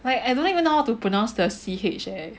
I I don't even know how to pronounce the C H eh